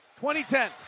2010